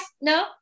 no